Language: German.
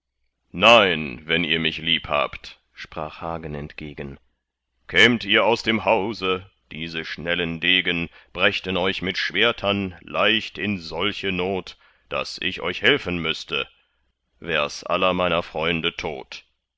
nein wenn ihr mich lieb habt sprach hagen entgegen kämt ihr aus dem hause diese schnellen degen brächten euch mit schwertern leicht in solche not daß ich euch helfen müßte wärs aller meiner freunde tod